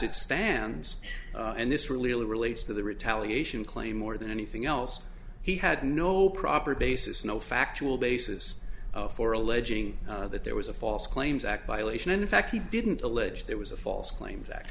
it stands and this really relates to the retaliation claim more than anything else he had no proper basis no factual basis for alleging that there was a false claims act by lation in fact he didn't allege there was a false claims act